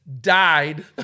died